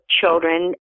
children